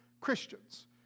Christians